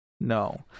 No